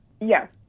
Yes